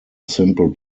simple